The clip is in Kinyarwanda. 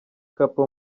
couple